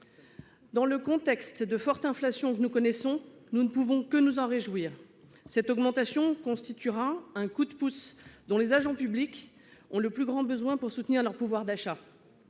Dans le contexte de forte inflation que nous connaissons, nous ne pouvons que nous en réjouir. Cette augmentation constituera un coup de pouce dont les agents publics ont le plus grand besoin pour soutenir leur pouvoir d'achat.